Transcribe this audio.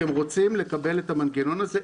אתם רוצים לקבל את המנגנון הזה?